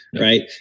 right